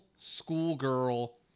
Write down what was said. schoolgirl